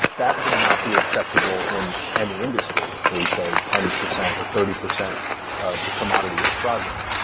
that would not be acceptable in any industry where you say ten percent or thirty percent of the commodity is fraudulent.